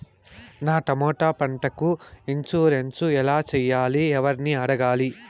నా టమోటా పంటకు ఇన్సూరెన్సు ఎలా చెయ్యాలి? ఎవర్ని అడగాలి?